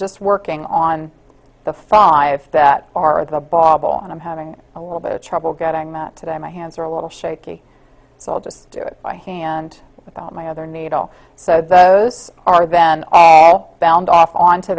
just working on the five that are the bobble and i'm having a little bit of trouble getting that today my hands are a little shaky so i'll just do it by hand without my other needle so those are then bound off onto